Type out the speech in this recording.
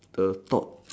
the top